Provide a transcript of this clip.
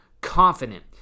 confident